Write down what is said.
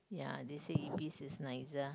ya they say Ibis is nicer